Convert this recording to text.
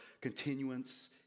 continuance